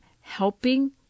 helping